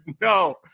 no